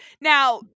now